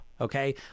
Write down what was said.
okay